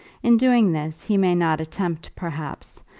in doing this he may not attempt, perhaps,